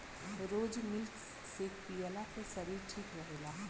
रोज milk shake पियला से शरीर ठीक रहेला